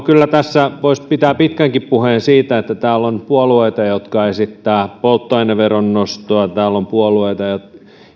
kyllä tässä voisi pitää pitkänkin puheen siitä että täällä on puolueita jotka esittävät polttoaineveron nostoa täällä on puolueita